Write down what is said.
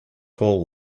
whole